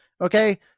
Okay